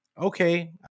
okay